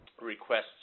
requests